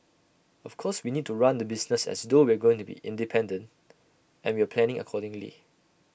of course we need to run the business as though we're going to be independent and we're planning accordingly